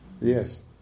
Yes